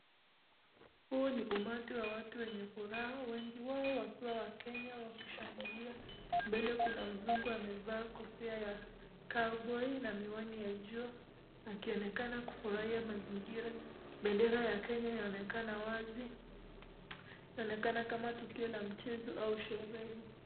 Huu ni umati wa watu wenye furaha wengi wao wakiwa wakenya wakishangilia, mbele kuna mzungu amevaa kofia ya (cs) cowboy (cs) na miwani ya jua akionekana kufurahia mazingira , bendera ya Kenya yaonekana wazi ,yaonekana kama tukio la mchezo au sherehe.